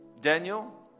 Daniel